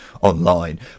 online